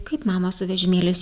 kaip mamos su vežimėliais